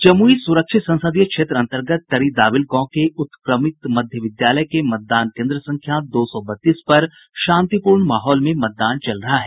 जमुई सुरक्षित संसदीय क्षेत्र अंतर्गत तरीदाविल गांव के उत्क्रमित मध्य विद्यालय के मतदान केंद्र संख्या दो सौ बत्तीस पर शांतिपूर्ण माहौल में मतदान चल रहा है